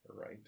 Right